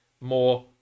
more